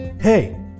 Hey